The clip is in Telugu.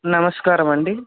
నమస్కారమండి